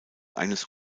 eines